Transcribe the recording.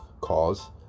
cause